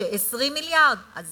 ש-20 מיליארד, אז